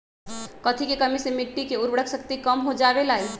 कथी के कमी से मिट्टी के उर्वरक शक्ति कम हो जावेलाई?